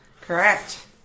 correct